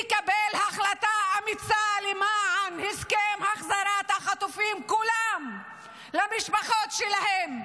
תקבל החלטה אמיצה למען הסכם החזרת החטופים כולם למשפחות שלהם,